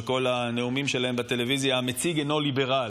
בכל הנאומים שלהם בטלוויזיה: המציג אינו ליברל.